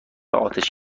آتش